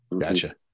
Gotcha